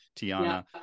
Tiana